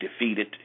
defeated